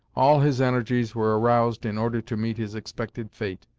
all his energies were aroused in order to meet his expected fate,